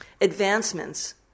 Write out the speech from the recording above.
advancements